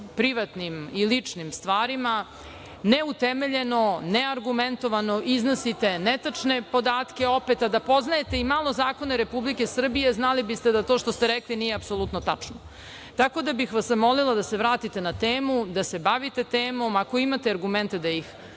privatnim i ličnim stvarima, neutemeljeno, neargumentovano, iznosite netačne podatke opet, a da poznajete i malo zakone Republike Srbije, znali biste da to što ste rekli nije apsolutno tačno. Zamolila bih vas da se vratite na temu, da se bavite temom. Ako imate argumente, da ih